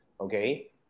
okay